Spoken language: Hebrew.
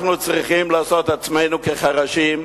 אנחנו צריכים לעשות עצמנו כחירשים,